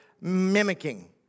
mimicking